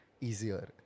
easier